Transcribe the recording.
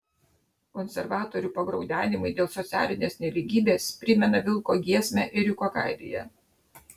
konservatorių pagraudenimai dėl socialinės nelygybės primena vilko giesmę ėriuko kailyje